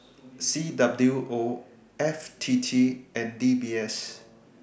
C W O F T T and D B S